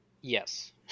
Yes